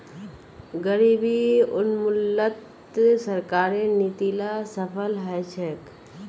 गरीबी उन्मूलनत सरकारेर नीती ला सफल ह छेक